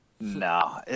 No